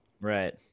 Right